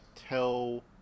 tell